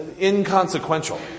inconsequential